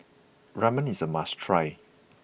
Ramen is a must try